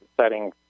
setting